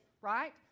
right